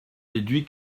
déduis